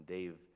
Dave